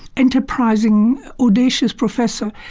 enterprising, audacious professor,